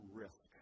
risk